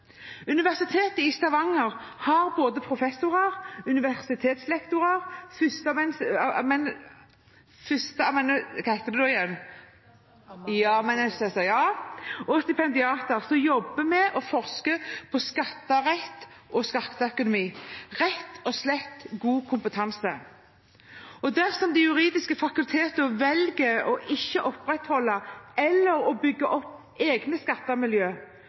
Universitetet i Stavanger har både professorer, universitetslektorer, førsteamanuenser og stipendiater som jobber med og forsker på skatterett og skatteøkonomi – det har rett og slett god kompetanse. Dersom de juridiske fakultetene ikke velger å opprettholde eller å bygge opp egne